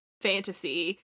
fantasy